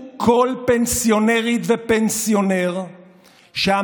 חשוב: האם אומרים בעברית תקינה פריטטי עם סגול תחת הט' או פריטטי,